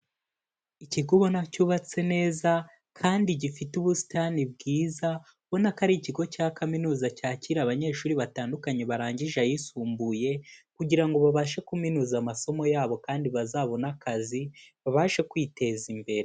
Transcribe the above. Ikigo ubona cyubatse neza kandi gifite ubusitani bwiza, ubona ko ari ikigo cya kaminuza cyakira abanyeshuri batandukanye barangije ayisumbuye kugira ngo babashe kuminuza amasomo yabo kandi bazabone akazi babashe kwiteza imbere.